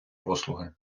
послуги